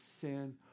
sin